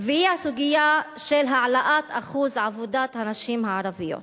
והיא הסוגיה של העלאת אחוז עבודת הנשים הערביות.